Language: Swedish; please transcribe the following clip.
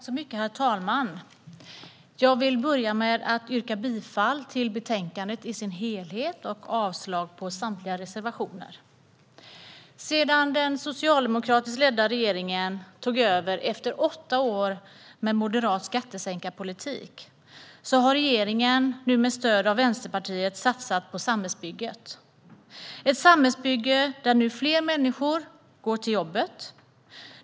Herr talman! Jag vill börja med att yrka bifall till utskottets förslag och avslag på samtliga reservationer. Sedan den socialdemokratiskt ledda regeringen tog över efter åtta år med moderat skattesänkarpolitik har regeringen, nu med stöd av Vänsterpartiet, satsat på samhällsbygget. Det är ett samhällsbygge där fler människor går till jobbet.